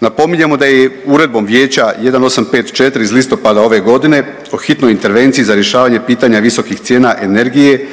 Napominjemo da je Uredbom Vijeća 1854 iz listopada ove godine po hitnoj intervenciji za rješavanje pitanja visokih cijena energije